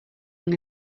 long